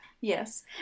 yes